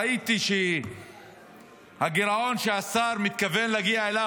ראיתי שהגירעון שהשר מתכוון להגיע אליו,